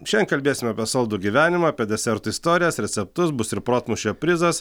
šiandien kalbėsime apie saldų gyvenimą apie desertų istorijas receptus bus ir protmūšio prizas